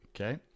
Okay